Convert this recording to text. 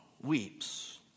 weeps